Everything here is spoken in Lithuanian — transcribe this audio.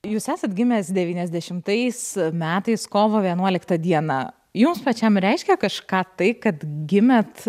jūs esat gimęs devyniasdešimtais metais kovo vienuoliktą dieną jums pačiam reiškia kažką tai kad gimėt